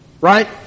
right